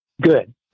Good